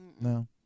No